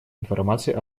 информации